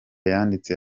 yanditse